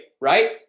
right